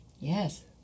Yes